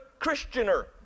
Christianer